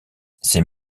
ces